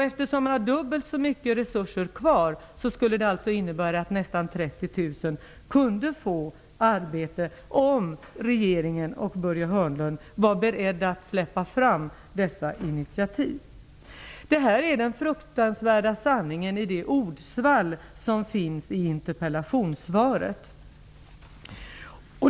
Eftersom man har dubbelt så mycket resurser kvar, skulle det innebära att nästan 30 000 kunde få arbete -- om regeringen och Börje Hörnlund var beredda att släppa fram dessa initiativ. Det här är den fruktansvärda sanningen, i ordsvallet i interpellationssvaret.